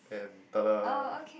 and tada